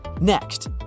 next